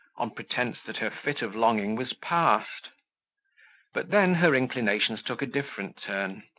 on pretence that her fit of longing was past but then her inclinations took a different turn,